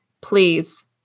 Please